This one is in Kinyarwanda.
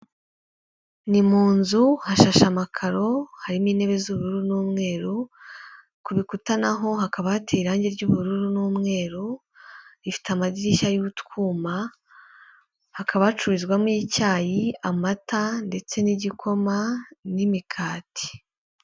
Ni mu nzu hashashe amakaro harimo intebe z'ubururu n'umweru, ku bikuta naho hakaba hateye irange ry'ubururu n'umweru, ifite amadirishya y'utwuma, hakaba hacururizwamo icyayi, amata ndetse n'igikoma n'imigati.